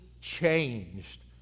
changed